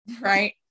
Right